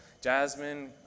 Jasmine